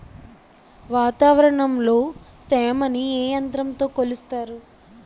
వాతావరణంలో తేమని ఏ యంత్రంతో కొలుస్తారు?